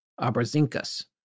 Abrazinkas